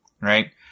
Right